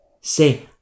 say